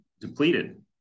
depleted